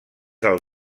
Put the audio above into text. del